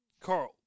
Carl